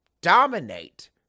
dominate